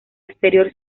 exterior